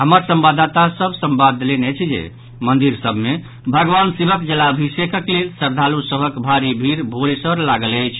हमर संवाददाता सभ संवाद देलनि अछि जे मंदिर सभ मे भगवान शिवक जलाभिषेकक लेल श्रद्धालू सभक भारि भिड़ भोरे सँ लागल अछि